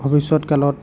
ভৱিষ্যত কালত